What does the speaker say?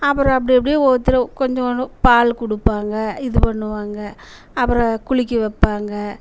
அப்புறம் அப்படி இப்படி ஒவ்வொருத்தரும் கொஞ்சம் கொஞ்சம் பால் கொடுப்பாங்க இது பண்ணுவாங்க அப்புறம் குளிக்க வைப்பாங்க